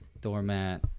Doormat